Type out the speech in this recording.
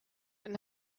and